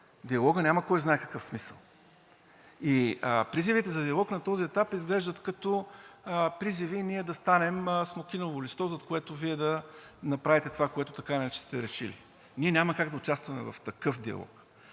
диалогът няма кой знае какъв смисъл и призивите на този етап изглеждат като призиви ние да станем смокиново листо, зад което Вие да направите това, което така или иначе сте решили. Ние няма как да участваме в такъв диалог.